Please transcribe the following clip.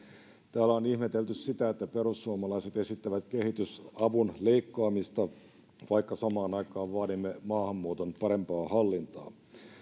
täällä on ihmetelty sitä että perussuomalaiset esittävät kehitysavun leikkaamista vaikka samaan aikaan vaadimme maahanmuuton parempaa hallintaa